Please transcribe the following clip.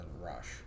rush